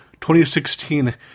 2016